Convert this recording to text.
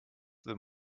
their